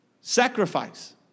Sacrifice